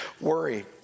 Worry